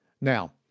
Now